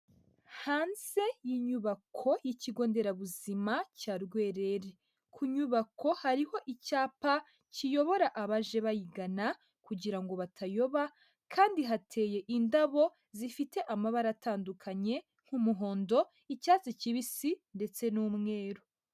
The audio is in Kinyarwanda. Hanze y'inyubako y'ikigo nderabuzima cya Rwerereri. Ku nyubako hariho icyapa kiyobora abaje bayigana, kugira ngo batayoba, kandi hateye indabo zifite amabara atandukanye, nk'umuhondo, icyatsi kibisi, ndetse n'umweru.